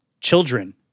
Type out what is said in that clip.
children